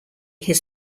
his